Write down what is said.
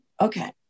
okay